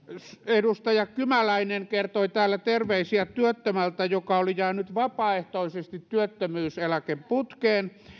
edustaja kymäläinen kertoi täällä terveisiä työttömältä joka oli jäänyt vapaaehtoisesti työttömyyseläkeputkeen